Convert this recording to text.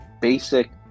basic